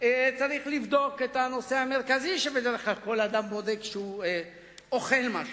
צריך לבדוק את הנושא המרכזי שבדרך כלל כל אדם בודק כשהוא אוכל משהו.